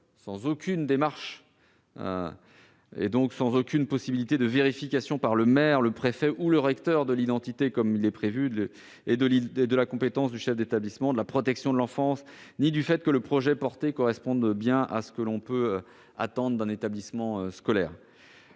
sans aucune démarche, et donc sans aucune possibilité de vérification par le maire, le préfet ou le recteur de l'identité et de la compétence du chef d'établissement, de la protection de l'enfance et de la jeunesse, ou du fait que le projet éducatif correspond bien à ce que l'on peut attendre d'un établissement scolaire.